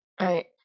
Right